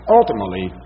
ultimately